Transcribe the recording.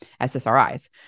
SSRIs